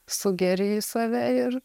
sugeri į save ir